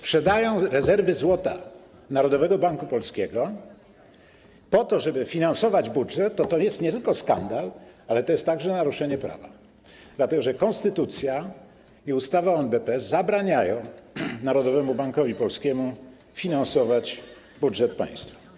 sprzedają rezerwy złota Narodowego Banku Polskiego po to, żeby finansować budżet, to to jest nie tylko skandal, ale to jest także naruszenie prawa, dlatego że konstytucja i ustawa o NBP zabraniają Narodowemu Bankowi Polskiemu finansować budżetu państwa.